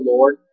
Lord